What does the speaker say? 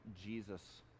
jesus